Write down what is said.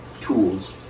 tools